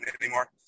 anymore